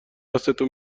دستتو